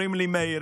אומרים לי: מאיר,